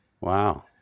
Wow